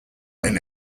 and